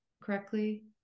correctly